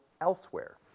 elsewhere